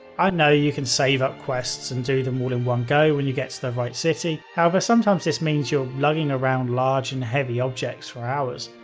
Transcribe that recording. i know you can save up quests and do them all in one go when you get to the right city, however, sometimes this means you'll be lugging around large and heavy objects for hours.